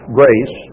grace